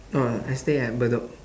oh I stay at bedok